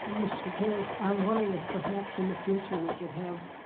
ah mr. gutierrez, i'm wondering if perhaps in the future we could have